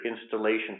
installation